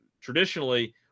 traditionally